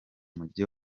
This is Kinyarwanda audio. mujyi